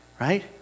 right